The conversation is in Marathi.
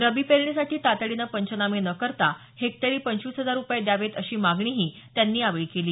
रबी पेरणीसाठी तातडीने पंचनामे न करता हेक्टरी पंचवीस हजार रुपये द्यावेत अशी मागणीही त्यांनी केली